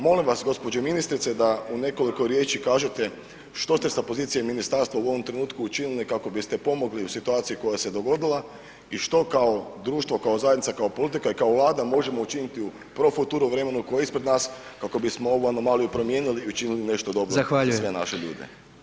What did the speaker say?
Molim vas, g. ministrice da u nekoliko riječi kažete što ste sa pozicije ministarstva u ovom trenutku učinili kako biste pomogli u situaciji koja se dogodila i što kao društvo, kao zajednica, kao politika i kao Vlada možemo učiniti u pro futuro vremenu koje je ispred nas kako bismo ovu anomaliju promijenili i učinili nešto dobro za sve [[Upadica predsjednik: Zahvaljujem.]] naše ljude.